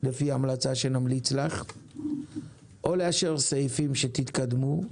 לפי המלצה שנמליץ לך, או לאשר סעיפים שתתקדמו,